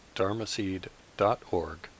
dharmaseed.org